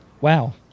Wow